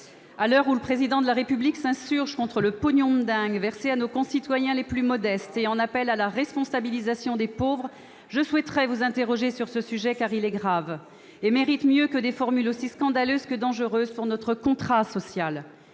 À l'heure où le Président de la République s'insurge contre le « pognon de dingue » versé à nos concitoyens les plus modestes et en appelle à « la responsabilisation des pauvres », je souhaiterais vous interroger sur ce sujet, car il est grave et mérite mieux que des formules aussi scandaleuses que dangereuses pour notre contrat social.